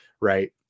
right